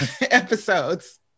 episodes